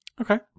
Okay